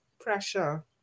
pressure